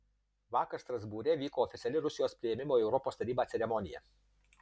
vakar strasbūre vyko oficiali rusijos priėmimo į europos tarybą ceremonija